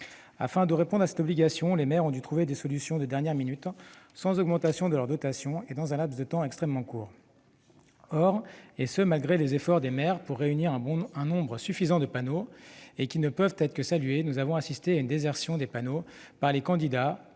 Afin de répondre à cette obligation, les maires ont dû trouver des solutions de dernière minute, sans augmentation de leur dotation et dans un laps de temps extrêmement court. Or, et ce malgré leurs efforts pour réunir un nombre suffisant de panneaux, qui ne peuvent être que salués, nous avons assisté à une désertion des panneaux par les candidats,